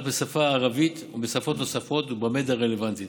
בשפה הערבית ובשפות נוספות במדיות הרלוונטיות.